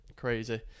crazy